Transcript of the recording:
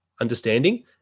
understanding